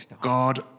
God